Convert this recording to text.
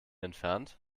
entfernt